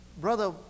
Brother